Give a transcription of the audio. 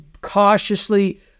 cautiously